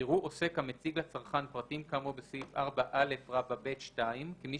יראו עוסק המציג לצרכן פרטים כאמור בסעיף 4א(ב)(2) כמי